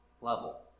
level